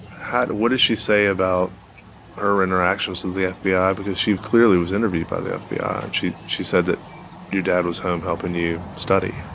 how what did she say about her interactions with the yeah fbi? yeah because she clearly was interviewed by the ah fbi. ah and she she said that your dad was home helping you study